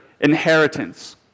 inheritance